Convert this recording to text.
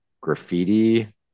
graffiti